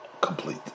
complete